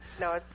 No